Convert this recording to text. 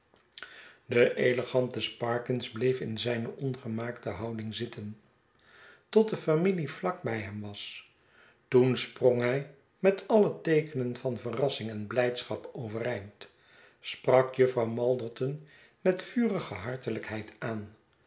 de elegante sparkins bleef in zijne ongemaakte houding zitten tot de familie vlak by hem was toen sprong hij met alle teekenen van verrassing en blijdschap overeind sprak jufvrouw malderton met vurige hartelijkheid aan